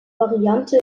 variante